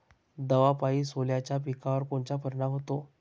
दवापायी सोल्याच्या पिकावर कोनचा परिनाम व्हते?